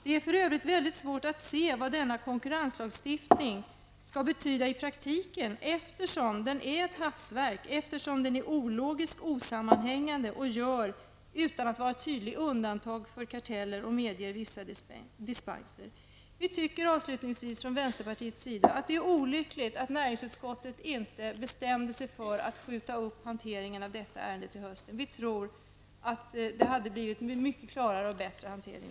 Det är för övrigt väldigt svårt att se vad denna konkurrenslagstiftning skall betyda i praktiken, eftersom den är ett hafsverk och eftersom den är ologisk och osammanhängande samt, utan att vara tydlig, gör undantag för karteller och medger vissa dispenser. Vi tycker i vänsterpartiet att det är olyckligt att näringsutskottet inte bestämde sig för att skjuta upp hanteringen av detta ärende till hösten. Vi tror att det då hade blivit en mycket klarare och bättre hantering.